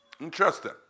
Interesting